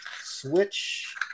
Switch